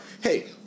hey